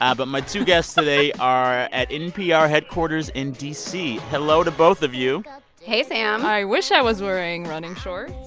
but my two guests today are at npr headquarters in d c. hello to both of you hey, sam i wish i was wearing running shorts